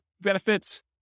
benefits